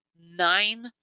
nine